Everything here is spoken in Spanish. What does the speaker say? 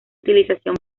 utilización